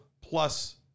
plus